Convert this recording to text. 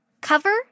cover